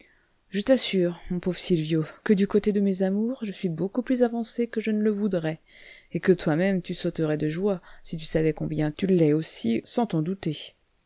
je t'assure mon pauvre sylvio que du côté de mes amours je suis beaucoup plus avancé que je ne le voudrais et que toi-même tu sauterais de joie si tu savais combien tu l'es aussi sans t'en douter